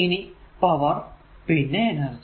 ഇനി പവർ പിന്നെ എനർജി